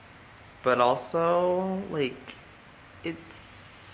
but also, like it's,